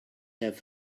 have